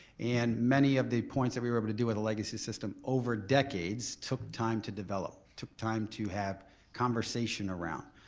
and many of the points that we were able to do with a legacy system over decades took time to develop. took time to have conversation around.